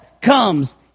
comes